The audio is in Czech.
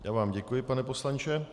Já vám děkuji, pane poslanče.